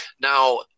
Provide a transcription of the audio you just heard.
Now